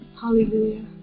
Hallelujah